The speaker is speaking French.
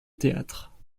théâtre